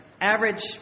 Average